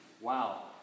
wow